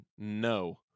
no